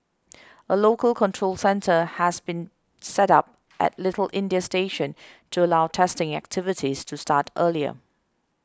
a local control centre has also been set up at Little India station to allow testing activities to start earlier